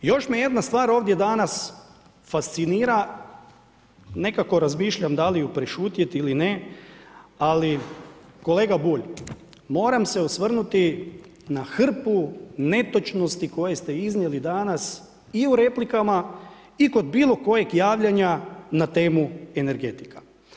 Još me jedna stvar ovdje danas fascinira, nekako razmišljam da li ju prešutjeti ili ne, ali kolega Bulj, moram se osvrnuti na hrpu netočnosti koje ste iznijeli danas i u replikama i kod bilokojeg javljanja na temu energetika.